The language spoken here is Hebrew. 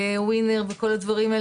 ווינר וכל הדברים האלה,